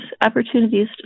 opportunities